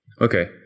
okay